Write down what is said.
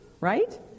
right